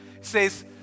says